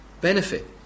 benefit